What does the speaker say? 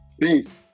Peace